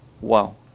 Wow